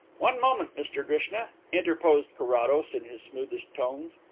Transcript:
one moment, mr drishna, interposed carrados, in his smoothest tones.